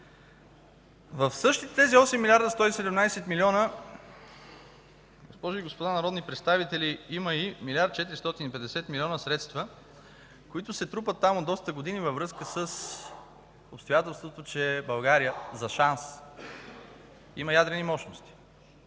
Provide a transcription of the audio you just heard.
В същите тези 8 млрд. 117 милиона, госпожи и господа народни представители, има 1 млрд. 450 милиона средства, които се трупат там от доста години във връзка с обстоятелството, че България – за шанс, има ядрени мощности.